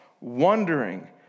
wondering